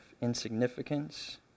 insignificance